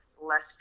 less